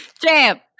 jam